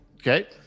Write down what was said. Okay